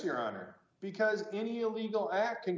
your honor because any illegal act